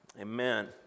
amen